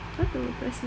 how to press next